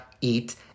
eat